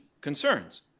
concerns